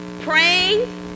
Praying